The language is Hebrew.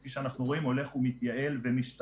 כפי שאנחנו רואים הולך מתייעל ומשתכלל.